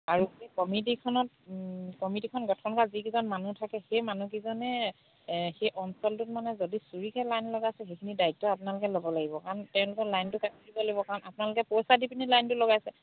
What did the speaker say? আৰু এই কমিটিখনত কমিটিখন গঠন কৰা যিকেইজন মানুহ থাকে সেই মানুহকেইজনে সেই অঞ্চলটোত মানে যদি চুৰিকে লাইন লগাইছে সেইখিনি দায়িত্ব আপোনালোকে ল'ব লাগিব কাৰণ তেওঁলোকৰ লাইনটো কাটি দিব লাগিব কাৰণ আপোনালোকে পইচা দি পিনি লাইনটো লগাইছে